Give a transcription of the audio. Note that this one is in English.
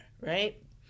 right